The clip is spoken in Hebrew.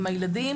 עם הילדים,